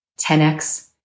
10X